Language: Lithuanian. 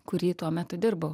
kurį tuo metu dirbau